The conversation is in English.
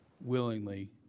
willingly